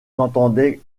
n’entendait